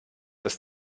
dass